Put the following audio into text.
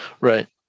Right